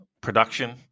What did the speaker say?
Production